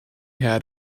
had